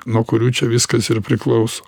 nuo kurių čia viskas priklauso